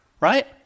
right